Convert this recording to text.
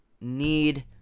need